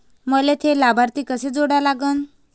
मले थे लाभार्थी कसे जोडा लागन?